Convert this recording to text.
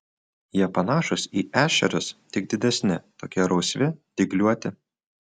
jie panašūs į ešerius tik didesni tokie rausvi dygliuoti